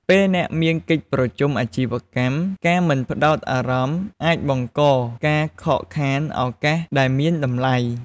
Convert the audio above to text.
ពេលអ្នកមានកិច្ចប្រជុំអាជីវកម្ម ការមិនផ្ដោតអារម្មណ៍អាចបង្កការខកខានឱកាសដែលមានតម្លៃ។